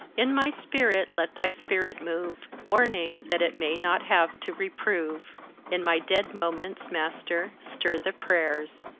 in my spirit let thy spirit move, warning, that it may not have to reprove in my dead moments, master, stir the prayers.